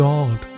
God